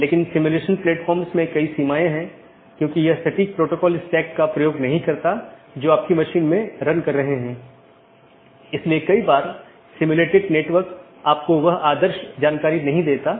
एक पारगमन AS में मल्टी होम AS के समान 2 या अधिक ऑटॉनमस सिस्टम का कनेक्शन होता है लेकिन यह स्थानीय और पारगमन ट्रैफिक दोनों को वहन करता है